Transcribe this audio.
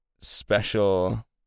special